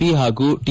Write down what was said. P ಹಾಗೂ T